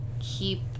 keep